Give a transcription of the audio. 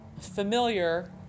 familiar